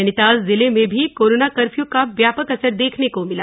नैनीताल जिले में भी कोरोना कर्फयू का व्यापक असर देखने को मिला